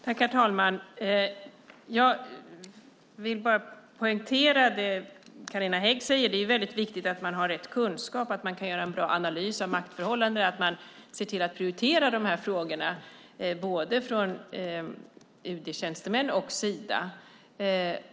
Herr talman! Jag vill poängtera det Carina Hägg säger. Det är viktigt att ha rätt kunskap, att göra en bra analys av maktförhållanden och prioritera frågorna hos UD-tjänstemän och Sida.